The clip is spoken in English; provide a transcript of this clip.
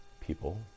people